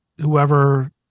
whoever